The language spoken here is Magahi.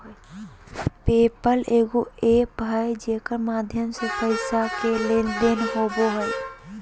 पे पल एगो एप्प है जेकर माध्यम से पैसा के लेन देन होवो हय